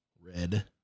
red